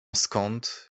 skąd